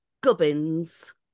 gubbins